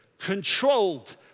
controlled